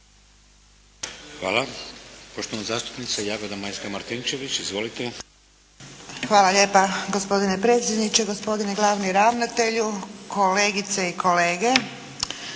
Hvala. Poštovana zastupnica Jagoda Majska Martinčević. Izvolite! **Martinčević, Jagoda Majska (HDZ)** Hvala lijepa gospodine predsjedniče, gospodine glavni ravnatelju, kolegice i kolege.